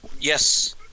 yes